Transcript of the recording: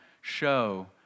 show